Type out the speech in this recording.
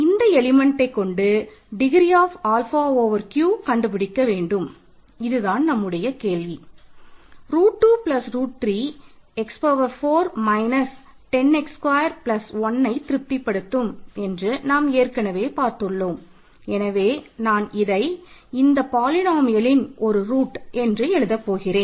இந்த எலிமெணட்டை என்று எழுதப்போகிறேன்